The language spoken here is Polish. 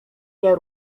nie